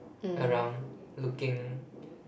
around looking